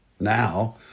Now